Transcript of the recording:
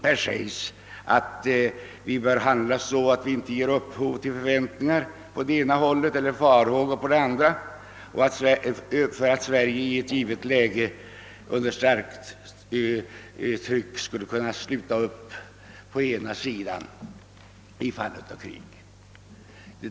Här sägs att vi bör handla så, att vi inte ger upphov till förväntningar på det ena hållet eller farhågor på det andra för att Sverige i ett givet läge under starkt tryck skulle kunna sluta upp på ena sidan i fall av krig.